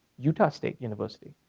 utah state university.